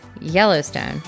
Yellowstone